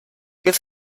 give